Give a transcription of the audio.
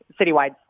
citywide